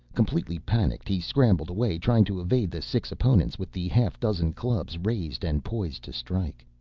completely panicked, he scrambled away, trying to evade the six opponents with the half-dozen clubs raised and poised to strike.